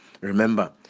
remember